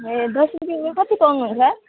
ए दस रुपियाँको कति पाउने होला